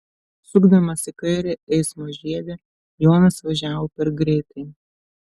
sukdamas į kairę eismo žiede jonas važiavo per greitai